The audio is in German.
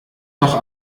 doch